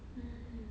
mm